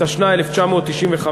התשנ"ה 1995,